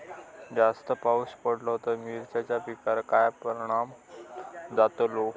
जास्त पाऊस पडलो तर मिरचीच्या पिकार काय परणाम जतालो?